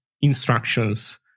instructions